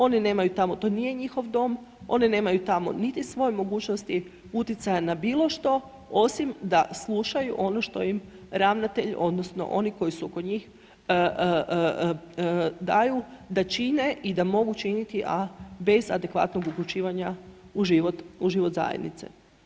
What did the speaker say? Oni nemaju tamo, to nije njihov dom, oni nemaju tamo niti svoje mogućnosti utjecaja na bilo što osim da slušaju ono što im ravnatelj, odnosno oni koji su oko njih, daju da čine i da mogu činiti a bez adekvatnog uključivanja u život zajednice.